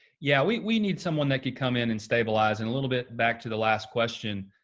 yeah. we we need someone that could come in and stabilize, and a little bit back to the last question,